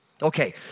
Okay